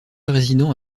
résident